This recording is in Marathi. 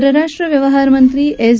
परराष्ट्र व्यवहारमंत्री एस